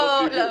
לא.